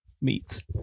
meats